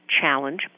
challenge